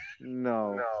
No